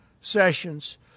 sessions